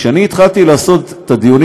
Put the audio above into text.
כשאני התחלתי לעשות את הדיונים,